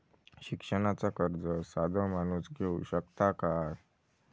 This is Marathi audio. शिक्षणाचा कर्ज साधो माणूस घेऊ शकता काय?